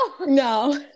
no